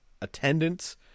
attendance